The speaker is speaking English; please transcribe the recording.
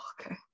okay